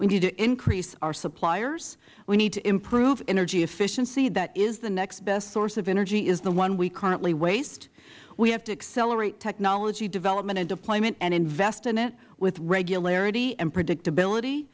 we need to increase our suppliers we need to improve energy efficiency that is the next best source of energy is the one we currently waste we have to accelerate technology development and deployment and invest in it with regularity and predictability